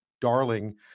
darling